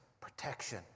protection